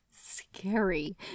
scary